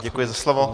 Děkuji za slovo.